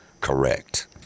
Correct